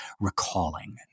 recalling